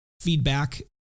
feedback